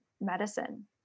medicine